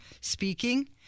speaking—